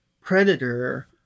predator